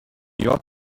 york